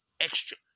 extra